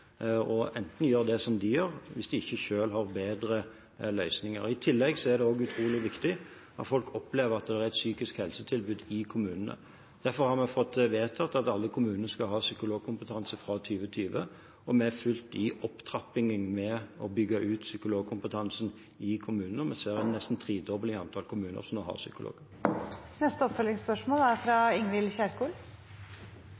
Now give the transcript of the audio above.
og gjøre det som de gjør, hvis de ikke selv har bedre løsninger. I tillegg er det utrolig viktig at folk opplever at det er et psykisk helsetilbud i kommunene. Derfor har vi fått vedtatt at alle kommuner skal ha psykologkompetanse fra 2020, vi har fulgt opp opptrappingen med å bygge ut psykologkompetansen i kommunene, og vi ser nå nesten en tredobling av antall kommuner som har psykolog. Ingvild Kjerkol – til oppfølgingsspørsmål.